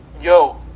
Yo